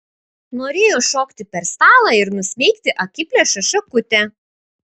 norėjo šokti per stalą ir nusmeigti akiplėšą šakute